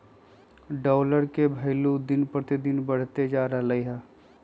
dollar के भइलु दिन पर दिन बढ़इते जा रहलई ह